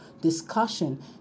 discussion